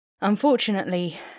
Unfortunately